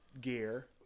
gear